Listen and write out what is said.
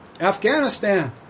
Afghanistan